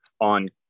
on